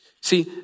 See